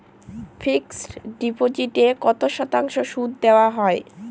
Fixed ডিপোজিটে কত শতাংশ সুদ দেওয়া হয়?